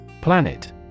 Planet